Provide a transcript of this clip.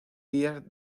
días